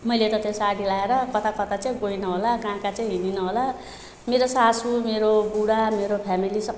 मैले त त्यो साडी लाएर कता कता चाहिँ गइनँ होला कहाँ कहाँ चाहिँ हिँडिनँ होला मेरो सासू मेरो बुढा मेरो फ्यामिली सबैले